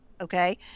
okay